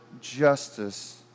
justice